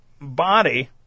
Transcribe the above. body